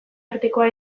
artekoa